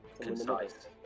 Concise